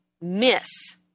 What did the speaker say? miss